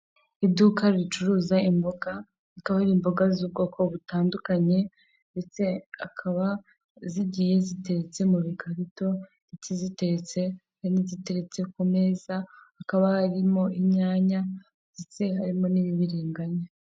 Iduka ricuruza imboga, hakaba hari imboga z'ubwoko butandukanye ndetse akaba zigiye ziteretse mu bikarito ndetse ziteretse, hari n'iziteretse ku meza, hakaba harimo inyanya ndetse harimo n'ibibiringanya.